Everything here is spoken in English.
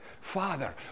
Father